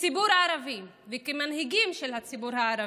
כציבור ערבי וכמנהיגים של הציבור הערבי,